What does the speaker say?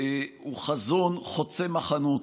הוא חזון חוצה מחנות,